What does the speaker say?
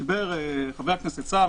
דיבר חבר הכנסת סער,